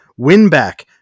Winback